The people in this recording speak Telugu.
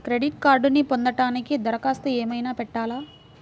క్రెడిట్ కార్డ్ను పొందటానికి దరఖాస్తు ఏమయినా పెట్టాలా?